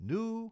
New